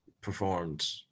performed